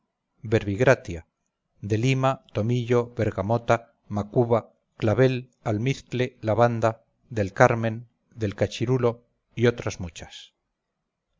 verbi gratia de lima tomillo bergamota macuba clavel almizcle lavanda del carmen del cachirulo y otras muchas